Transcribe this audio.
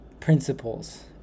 principles